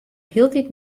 hieltyd